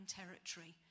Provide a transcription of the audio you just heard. territory